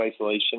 isolation